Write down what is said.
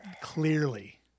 Clearly